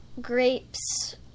Grapes